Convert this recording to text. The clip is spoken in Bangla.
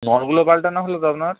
নলগুলো পাল্টানো হল তো আপনার